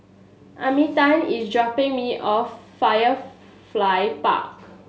Arminta is dropping me off Firefly Park